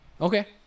Okay